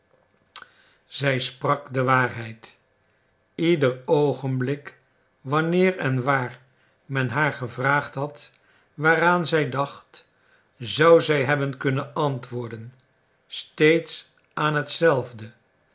zij sprak de waarheid ieder oogenblik wanneer en waar men haar gevraagd had waaraan zij dacht zou zij hebben kunnen antwoorden steeds aan hetzelfde